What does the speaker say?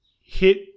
hit